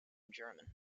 german